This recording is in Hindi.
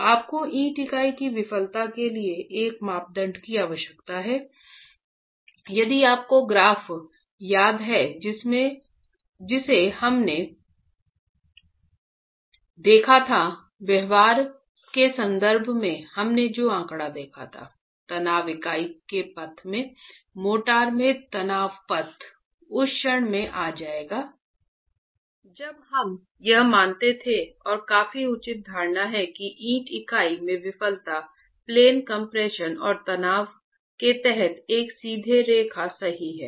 तो आपको ईंट इकाई की विफलता के लिए एक मापदंड की आवश्यकता है यदि आपको ग्राफ याद है जिससे हमने देखा था व्यवहार के संदर्भ में हमने जो आंकड़ा देखा था तनाव इकाई में पथ मोर्टार में तनाव पथ उस क्षण में आ जाएगा जब हम यह मानते थे और यह काफी उचित धारणा है कि ईंट इकाई में विफलता प्लेन कम्प्रेशन और तनाव के तहत एक सीधी रेखा सही है